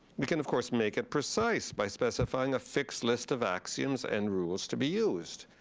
we can, of course, make it precise by specifying a fixed list of axioms and rules to be used.